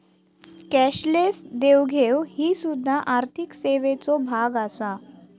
cashless देवघेव ही सुध्दा आर्थिक सेवेचो भाग आसा